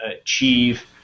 achieve